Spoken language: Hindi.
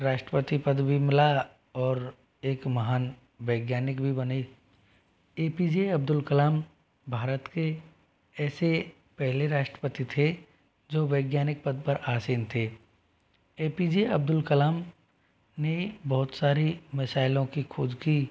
राष्ट्रपति पद भी मिला और एक महान वैज्ञानिक भी बने A P J Abdul Kalam Bharat के ऐसे पेहले राष्ट्रपति थे जो वैज्ञानिक पद पर आसीन थे A P J Abdul Kalam ने बहुत सारी मिसाइलों की खोज की